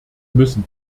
müssen